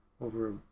over